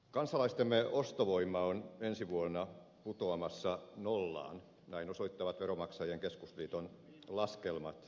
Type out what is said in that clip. kansalaistemme ostovoima on ensi vuonna putoamassa nollaan näin osoittavat veronmaksajain keskusliiton laskelmat